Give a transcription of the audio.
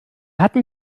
hatten